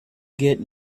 get